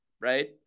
right